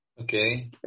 Okay